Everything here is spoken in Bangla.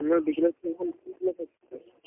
বিকেলের